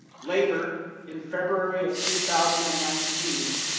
later, in february of two thousand and nineteen,